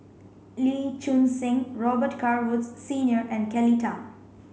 Lee Choon Seng Robet Carr Woods Senior and Kelly Tang